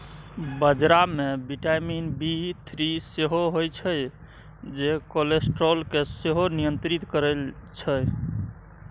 बजरा मे vitamin B three सेहो होइ छै जे कोलेस्ट्रॉल केँ सेहो नियंत्रित करय छै